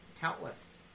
countless